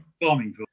farming